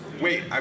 Wait